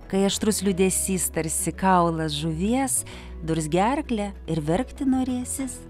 kai aštrus liūdesys tarsi kaulas žuvies durs gerklę ir verkti norėsis